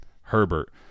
Herbert